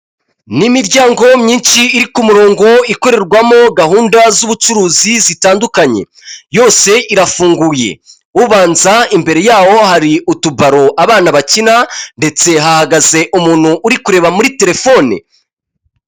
N'imiryango myinshi iri ku murongo ikorerwamo gahunda z'ubucuruzi zitandukanye yose irafunguye, ubanza imbere yawo hari utubaro abana bakina ndetse hahagaze umuntu uri kureba muri telefone.